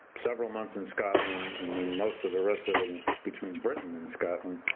several months in scotland, and then most of the rest of it and between britain and scotland.